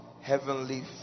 Heavenly